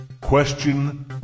Question